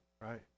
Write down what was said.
right